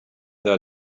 their